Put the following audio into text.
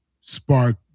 spark